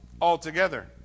altogether